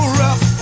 rough